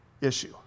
issue